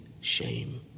shame